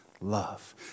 love